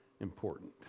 important